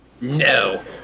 No